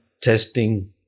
testing